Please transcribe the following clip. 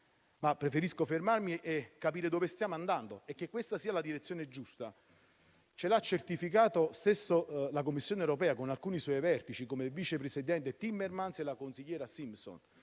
ma preferisco fermarmi e capire dove stiamo andando. Che questa sia la direzione giusta ce lo ha certificato la stessa Commissione europea con alcuni suoi rappresentanti, come il vice presidente Timmermans e la commissaria Simson,